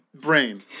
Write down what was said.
brain